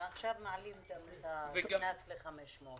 ועכשיו מעלים את הקנס ל-500 שקל,